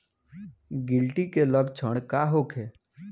गिलटी के लक्षण का होखे?